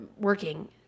working